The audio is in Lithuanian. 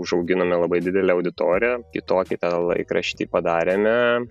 užauginome labai auditoriją ir tokį ten laikraštį padarėme